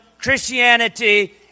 Christianity